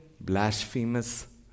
blasphemous